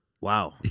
wow